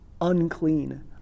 unclean